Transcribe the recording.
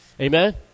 Amen